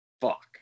Fuck